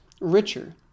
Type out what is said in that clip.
richer